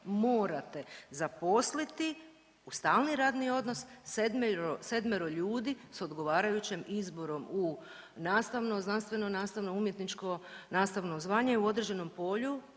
morate zaposliti u stalni radni odnos 7-ero ljudi s odgovarajućim izborom u nastavno, znanstveno nastavno, umjetničko nastavno zvanje u određenom polju